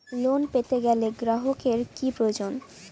Loan পেতে গেলে গ্রাহকের কি প্রয়োজন?